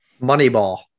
moneyball